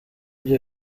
ibyo